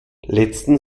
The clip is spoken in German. letzten